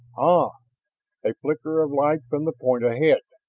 ah a flicker of light from the point ahead.